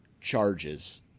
charges